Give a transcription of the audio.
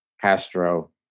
castro